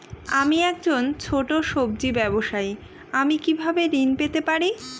আমি একজন ছোট সব্জি ব্যবসায়ী আমি কিভাবে ঋণ পেতে পারি?